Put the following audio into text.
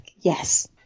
yes